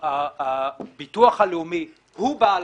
הביטוח הלאומי הוא בעל